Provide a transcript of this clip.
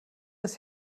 ist